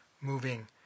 moving